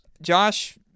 Josh